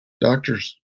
Doctors